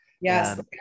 Yes